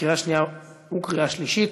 לקריאה שנייה וקריאה שלישית.